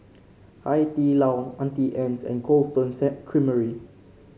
Hai Di Lao Auntie Anne's and Cold Stone Creamery